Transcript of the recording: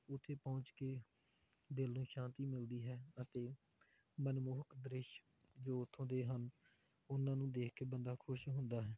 ਉੱਥੇ ਪਹੁੰਚ ਕੇ ਦਿਲ ਨੂੰ ਸ਼ਾਂਤੀ ਮਿਲਦੀ ਹੈ ਅਤੇ ਮਨਮੋਹਕ ਦ੍ਰਿਸ਼ ਜੋ ਉੱਥੋਂ ਦੇ ਹਨ ਉਹਨਾਂ ਨੂੰ ਦੇਖ ਕੇ ਬੰਦਾ ਖੁਸ਼ ਹੁੰਦਾ ਹੈ